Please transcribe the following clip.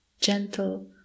gentle